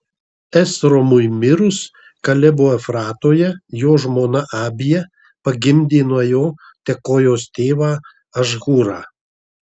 esromui mirus kalebo efratoje jo žmona abija pagimdė nuo jo tekojos tėvą ašhūrą